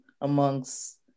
amongst